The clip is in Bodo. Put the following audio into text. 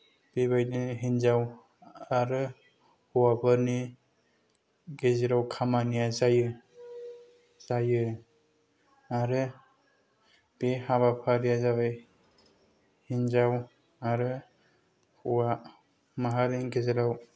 बेबायदिनो हिनजाव आरो हौवाफोरनि गेजेराव खामानिया जायो आरो बे हाबाफारिया जाबाय हिनजाव आरो हौवा माहारिनि गेजेराव